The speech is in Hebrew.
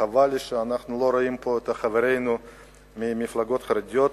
חבל לי שאנחנו לא רואים פה את חברינו מהמפלגות החרדיות.